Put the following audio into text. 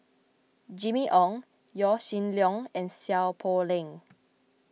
Jimmy Ong Yaw Shin Leong and Seow Poh Leng